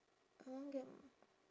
I want get